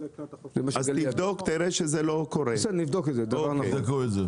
תבדקו את זה.